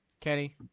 Kenny